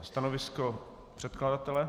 Stanovisko předkladatele?